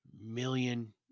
million